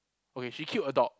okay she killed a dog